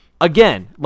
Again